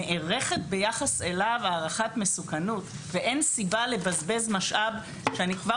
נערכת ביחס אליו הערכת מסוכנות ואין סיבה לבזבז משאב שאני כבר